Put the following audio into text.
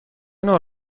نوع